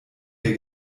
der